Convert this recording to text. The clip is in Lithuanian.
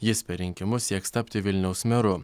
jis per rinkimus sieks tapti vilniaus meru